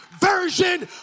version